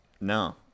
No